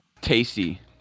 Tasty